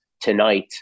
tonight